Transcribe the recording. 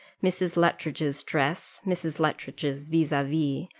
mrs. luttridge's dress, mrs. luttridge's vis-a-vis,